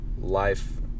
life